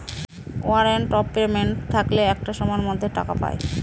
warrant of payment থাকলে একটা সময়ের মধ্যে টাকা পায়